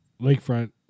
Lakefront